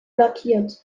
lackiert